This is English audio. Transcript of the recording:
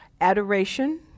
adoration